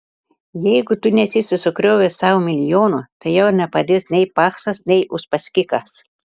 jeigu tu nesi susikrovęs savo milijonų tai tau nepadės nei paksas nei uspaskichas